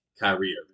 Kyrie